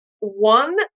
one